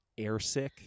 airsick